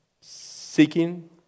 Seeking